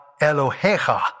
Elohecha